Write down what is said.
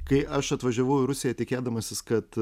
kai aš atvažiavau į rusiją tikėdamasis kad